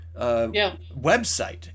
website